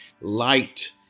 light